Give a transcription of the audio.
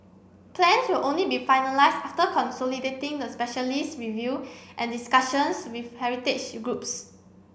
plans will only be finalised after consolidating the specialist review and discussions with heritage groups